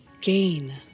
gain